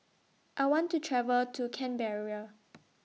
I want to travel to Canberra